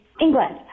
england